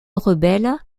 rebelles